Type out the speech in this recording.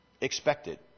expected